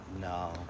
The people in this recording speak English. No